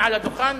מעל הדוכן,